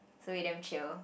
so they damn chill